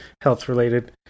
health-related